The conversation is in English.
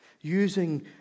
Using